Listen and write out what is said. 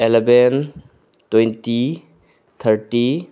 eleven twenty thirty